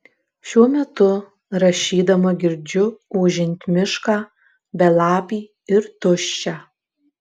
šiuo metu rašydama girdžiu ūžiant mišką belapį ir tuščią